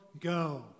go